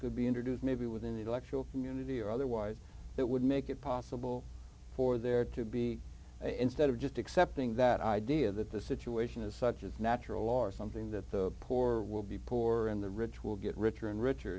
could be introduced maybe within the electoral community or otherwise that would make it possible for there to be instead of just accepting that idea that the situation is such as natural law or something that the poor will be poor and the rich will get richer and richer